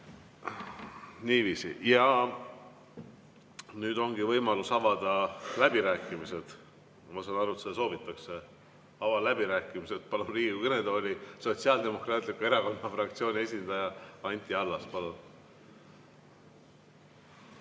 Niiviisi! Nüüd on võimalus avada läbirääkimised. Ma saan aru, et seda soovitakse. Avan läbirääkimised. Palun Riigikogu kõnetooli Sotsiaaldemokraatliku Erakonna fraktsiooni esindaja Anti Allase. Palun!